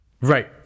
right